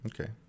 okay